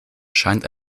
scheint